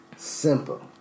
Simple